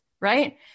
right